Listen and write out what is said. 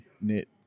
knit